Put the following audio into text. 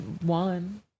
one